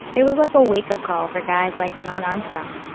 it was like a wake-up call for guys like sean armstrong,